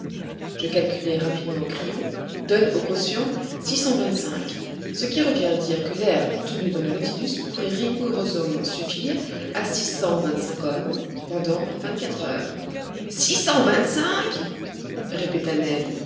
je calculai rapidement au crayon donnent au quotient six cent vingt-cinq ce qui revient à dire que l'air contenu dans le nautilus pourrait rigoureusement suffire à six cent vingt-cinq hommes pendant vingt-quatre heures six cent vingt-cinq répéta ned